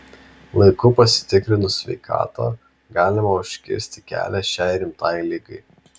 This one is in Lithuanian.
laiku pasitikrinus sveikatą galima užkirsti kelią šiai rimtai ligai